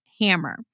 Hammer